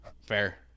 Fair